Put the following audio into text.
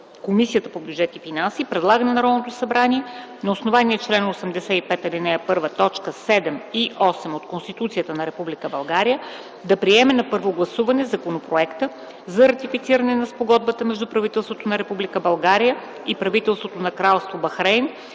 Комисията по бюджет и финанси предлага на Народното събрание на основание чл. 85, ал. 1, т. 7 и 8 от Конституцията на Република България да приеме на първо гласуване Законопроект за ратифициране на Спогодбата между правителството на Република България и правителството на Кралство Бахрейн